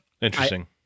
Interesting